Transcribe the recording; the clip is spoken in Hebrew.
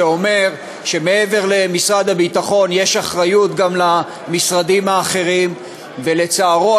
שאומר שמעבר למשרד הביטחון יש גם אחריות למשרדים האחרים ולצערו,